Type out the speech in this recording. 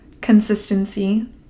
consistency